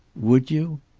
would you?